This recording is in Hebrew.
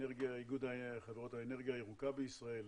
איגוד חברות האנרגיה הירוקה בישראל,